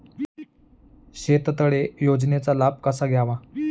शेततळे योजनेचा लाभ कसा घ्यावा?